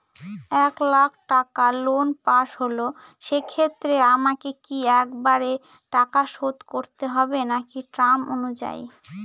এক লাখ টাকা loan pass হল সেক্ষেত্রে আমাকে কি একবারে টাকা শোধ করতে হবে নাকি টার্ম অনুযায়ী?